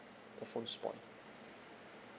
the phone spoil